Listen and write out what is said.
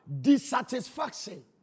Dissatisfaction